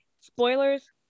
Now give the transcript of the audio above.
spoilers